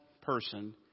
person